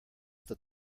that